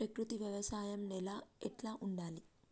ప్రకృతి వ్యవసాయం నేల ఎట్లా ఉండాలి?